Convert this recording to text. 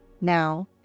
now